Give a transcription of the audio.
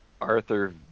Arthur